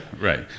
right